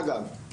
אגב,